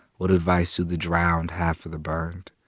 what advice do the drowned have for the burned?